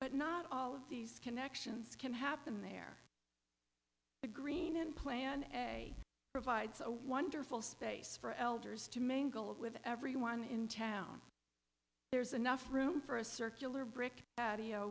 but not all of these connections can happen there a green in plan and a provides a wonderful space for elders to main goal with everyone in town there's enough room for a circular brick patio